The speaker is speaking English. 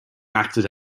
acted